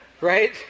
Right